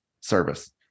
service